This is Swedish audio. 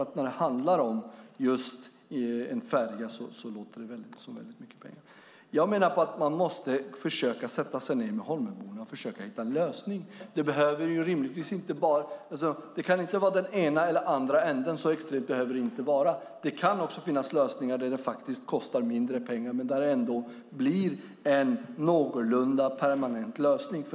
Men när det handlar om just en färja låter det som mycket pengar. Jag menar att man måste sätta sig ned med Holmöborna för att försöka hitta en lösning. Det kan inte vara den ena eller andra ändan. Så extremt behöver det inte vara. Det kan också finnas lösningar där det faktiskt kostar mindre pengar men där det ändå blir en någorlunda permanent lösning.